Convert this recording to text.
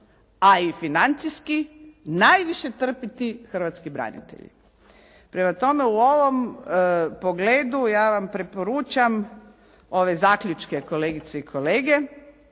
a i financijskih najviše trpiti hrvatski branitelji. Prema tome, u ovom pogledu ja vam preporučam ove zaključke kolegice i kolege,